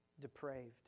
depraved